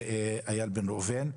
חבר הכנסת לשעבר איל בן ראובן.